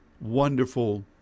wonderful